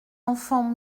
enfant